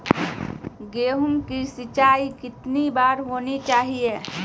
गेहु की सिंचाई कितनी बार होनी चाहिए?